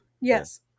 Yes